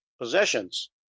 possessions